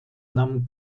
nahm